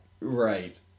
Right